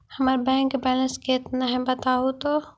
हमर bank balance केतना है बताहु तो?